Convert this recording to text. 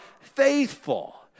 faithful